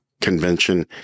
Convention